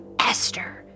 Esther